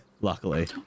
luckily